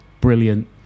Brilliant